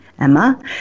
Emma